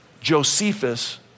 Josephus